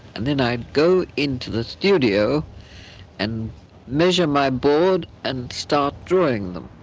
and then i'd go in to the studio and measure my board and start drawing them.